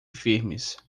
firmes